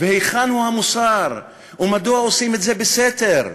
והיכן הוא המוסר, ומדוע עושים את זה בסתר?